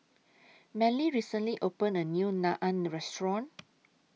Manley recently opened A New Naan Restaurant